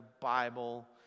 Bible